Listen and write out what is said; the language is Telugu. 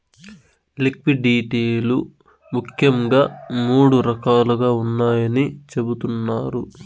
లిక్విడిటీ లు ముఖ్యంగా మూడు రకాలుగా ఉన్నాయని చెబుతున్నారు